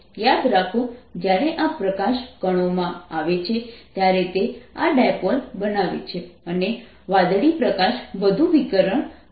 યાદ રાખો જ્યારે આ પ્રકાશ કણોમાં આવે છે ત્યારે તે આ ડાયપોલ બનાવે છે અને વાદળી પ્રકાશ વધુ વિકિરણ બનશે